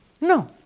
No